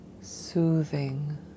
soothing